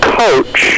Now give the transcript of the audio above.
coach